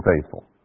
faithful